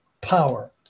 power